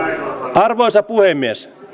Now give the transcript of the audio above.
arvoisa puhemies